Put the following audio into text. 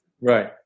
Right